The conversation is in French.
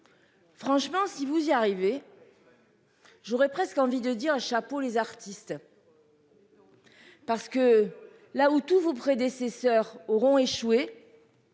Franchement si vous y arriver. J'aurais presque envie de dire chapeau les artistes. Parce que là où tous vos prédécesseurs auront échoué.